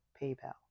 PayPal